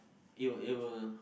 it will it will